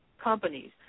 companies